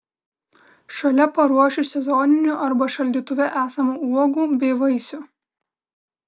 šalia paruošiu sezoninių arba šaldytuve esamų uogų bei vaisių